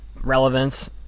relevance